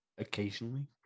Occasionally